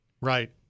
Right